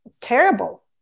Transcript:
terrible